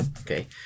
Okay